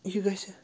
یہِ گژھِ